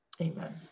amen